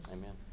Amen